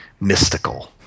mystical